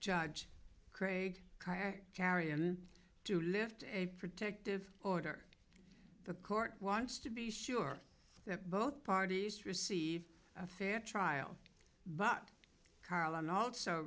judge craig carry him to lift a protective order the court wants to be sure that both parties receive a fair trial but carlin also